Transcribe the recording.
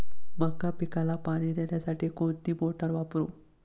मका पिकाला पाणी देण्यासाठी कोणती मोटार वापरू?